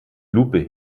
lupe